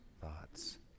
thoughts